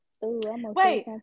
Wait